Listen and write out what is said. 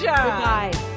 Goodbye